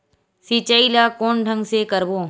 सिंचाई ल कोन ढंग से करबो?